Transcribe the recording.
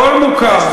הכול מוכר.